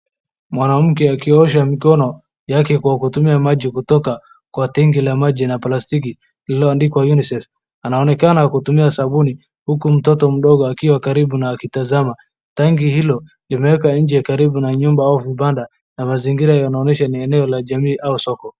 Mwanamke akiosha mikono yake kwa kutumia maji kutoka kwa tenki la maji la plastiki lililoandikwa Unicef. Anaonekana kutumia sabuni huku mtoto mdogo akiwa karibu na akitazama. Tanki hilo limewekwa nje karibu na nyumba au vibanda na mazingira yanaonyesha ni eneo la jamii au soko.